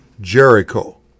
Jericho